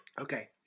okay